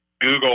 Google